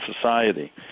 society